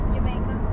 Jamaica